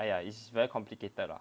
!aiya! it's very complicated lah